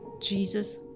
jesus